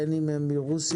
בין אם הם מרוסיה,